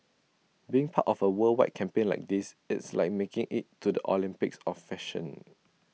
being part of A worldwide campaign like this it's like making IT to the Olympics of fashion